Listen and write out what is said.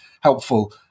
helpful –